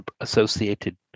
associated